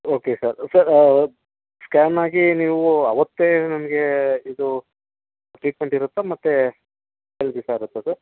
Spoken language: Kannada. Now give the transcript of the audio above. ಓಕೆ ಸರ್ ಸರ್ ಸ್ಕ್ಯಾನ್ ಆಗಿ ನೀವು ಆವತ್ತೇ ನನಗೆ ಇದು ಟ್ರೀಟ್ಮೆಂಟ್ ಇರುತ್ತಾ ಮತ್ತೆ ಬೇರೆ ದಿವಸ ಇರುತ್ತಾ